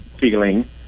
feeling